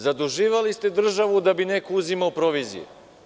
Zaduživali ste državu da bi neko uzimao provizije.